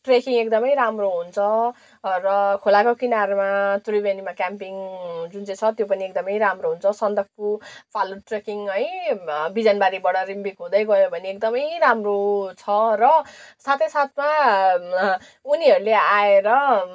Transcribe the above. trekking एकदमै राम्रो हुन्छ र खोलाको किनारमा त्रिवेणीमा क्यामपिङ जुन चाहिँ छ त्यो पनि एकदमै राम्रो हुन्छ सन्दकपुर फालुट ट्रेकिङ है बिजनबारीबाट रिम्बिक हुँदै गयो भने एकदमै राम्रो छ र साथै साथमा उनीहरूले आएर